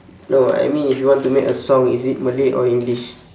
no I mean if you want to make a song is it malay or english